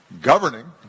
governing